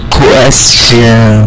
question